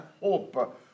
hope